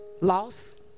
loss